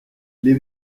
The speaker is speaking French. les